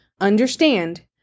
understand